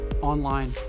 online